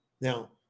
now